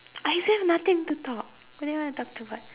I still have nothing to talk what do you want to talk about